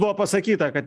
buvo pasakyta kad